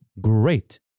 great